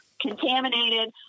contaminated